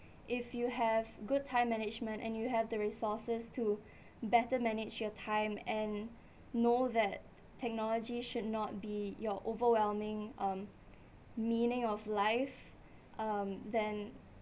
if you have good time management and you have the resources to better manage your time and know that technology should not be your overwhelming um meaning of life um then